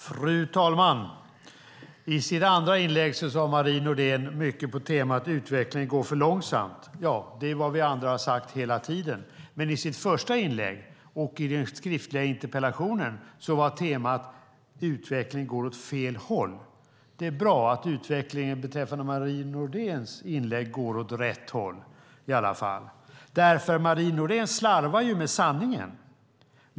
Fru talman! I sitt andra inlägg sade Marie Nordén mycket på temat "utvecklingen går för långsamt". Ja, det är vad vi andra har sagt hela tiden. I sitt första inlägg och i den skriftliga interpellationen var dock temat "utvecklingen går åt fel håll". Det är bra att utvecklingen beträffande Marie Nordéns inlägg går åt rätt håll i alla fall. Marie Nordén slarvar nämligen med sanningen.